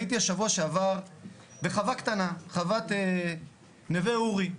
הייתי בשבוע שעבר בחווה קטנה, חוות נווה אורי.